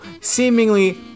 seemingly